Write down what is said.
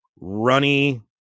runny